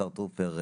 השר טרופר,